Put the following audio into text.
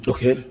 Okay